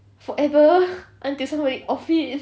forever until somebody off it